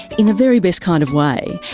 in the very best kind of way.